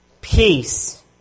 Peace